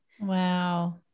Wow